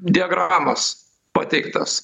diagramas pateiktas